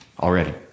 already